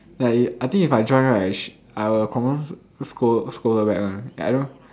ya eh I think if I join right I will confirm scold scold her back [one] I don't